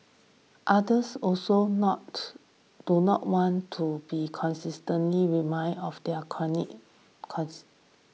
others also not do not want to be constantly reminded of their chronic cons